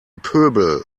pöbel